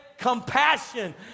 compassion